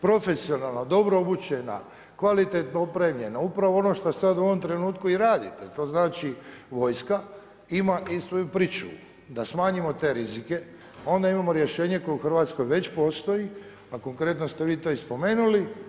Profesionalna, dobro obučena, kvalitetno opremljena, upravo ono što sad u ovom trenutku i radite, to znači vojska ima i svoju pričuvu, da smanjimo te rizike, onda imamo rješenje koje u Hrvatskoj već postoji a konkretno ste vi to spomenuli.